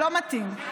לא מתאים.